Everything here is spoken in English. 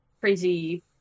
crazy